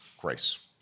grace